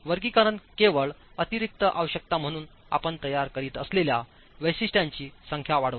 वर्गीकरण केवळअतिरिक्त आवश्यकता म्हणून आपण तयार करीत असलेल्या वैशिष्ट्यांची संख्यावाढवते